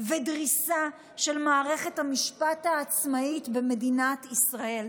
ודריסה של מערכת המשפט העצמאית במדינת ישראל,